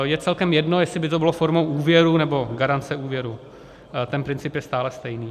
Je celkem jedno, jestli by to bylo formou úvěru, nebo garance úvěru, ten princip je stále stejný.